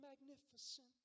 magnificent